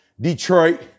Detroit